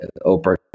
Oprah